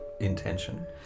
intention